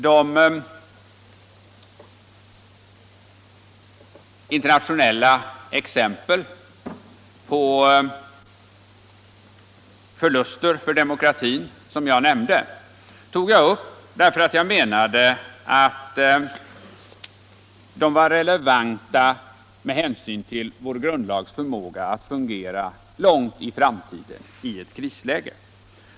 De internationella exemplen på förluster för demokratin tog jag upp därför att jag menade att de var relevanta med hänsyn till vår grundlags förmåga att fungera långt in i framtiden i ett krisläge.